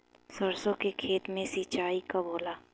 सरसों के खेत मे सिंचाई कब होला?